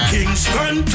Kingston